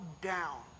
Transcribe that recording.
down